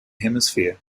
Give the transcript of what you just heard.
hemisphere